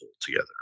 together